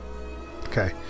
Okay